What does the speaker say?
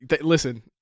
listen